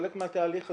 הוא חלק מהתהליך הזה.